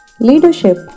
Leadership